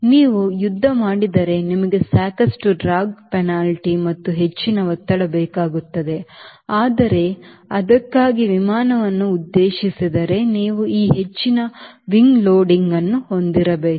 ನೀವು ಯುದ್ಧ ಮಾಡುತ್ತಿದ್ದರೆ ನಿಮಗೆ ಸಾಕಷ್ಟು ಡ್ರ್ಯಾಗ್ ಪೆನಾಲ್ಟಿ ಮತ್ತು ಹೆಚ್ಚಿನ ಒತ್ತಡ ಬೇಕಾಗುತ್ತದೆ ಆದರೆ ಅದಕ್ಕಾಗಿ ವಿಮಾನವನ್ನು ಉದ್ದೇಶಿಸಿದ್ದರೆ ನೀವು ಈ ಹೆಚ್ಚಿನ wing loading ಅನ್ನು ಹೊಂದಿರಬೇಕು